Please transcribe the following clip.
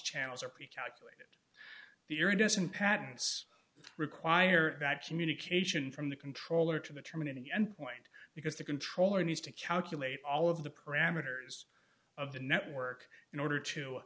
channels are pre calculated the euro doesn't pads require that communication from the controller to the terminating end point because the controller needs to calculate all of the parameters of the network in order to